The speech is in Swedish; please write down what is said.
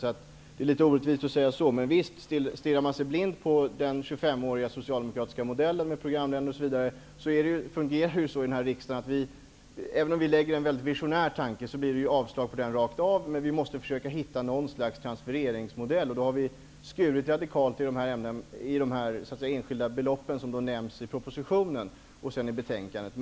Det är därför litet orättvist att säga som Karl-Göran Biörsmark gör, men visst: stirrar man sig blind på den 25-åriga socialdemokratiska modellen med programländer osv, fungerar det så här i riksdagen. Även om vi framlägger en väldigt visionär tanke blir det avslag på den rakt av. Vi måste försöka hitta någon sorts transfereringsmodell, och då har vi skurit radikalt i de enskilda belopp som nämns i propositionen och i betänkandet.